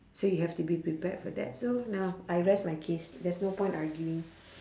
so you have to be prepared for that so now I rest my case there's no point arguing